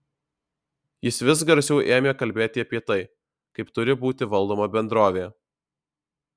jis vis garsiau ėmė kalbėti apie tai kaip turi būti valdoma bendrovė